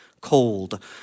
cold